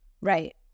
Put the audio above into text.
Right